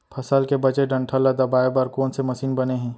फसल के बचे डंठल ल दबाये बर कोन से मशीन बने हे?